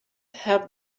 have